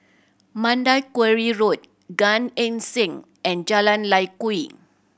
Mandai Quarry Road Gan Eng Seng and Jalan Lye Kwee